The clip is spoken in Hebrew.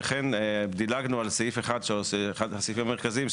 וכן דילגנו על סעיף הסעיפים המרכזיים,